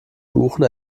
buchen